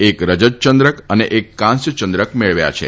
એક રજત ચંદ્રક અને એક કાંસ્ય ચંદ્રક મેળવ્યા છી